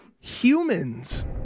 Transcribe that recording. humans